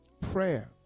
Prayer